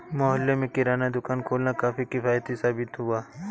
मोहल्ले में किराना दुकान खोलना काफी किफ़ायती साबित हुआ